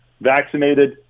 vaccinated